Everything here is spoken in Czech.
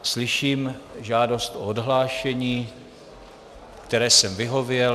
Slyším žádost o odhlášení, které jsem vyhověl.